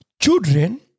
children